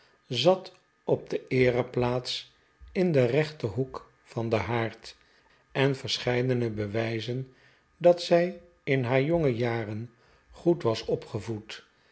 zat op de eereplaats in den rechterhoek van den haard en verscheidene bewijzen dat zij in haar jonge jaren goed was opgevoed